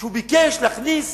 שהוא ביקש להכניס